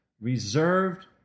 reserved